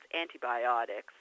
antibiotics